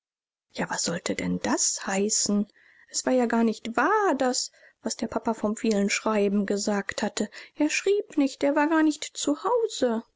ja was sollte denn das heißen es war ja gar nicht wahr das was der papa vom vielen schreiben gesagt hatte er schrieb nicht er war gar nicht